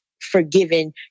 forgiven